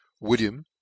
William